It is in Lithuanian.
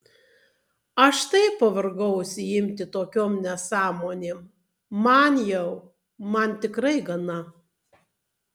aš taip pavargau užsiimti tokiom nesąmonėm man jau man tikrai gana